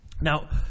Now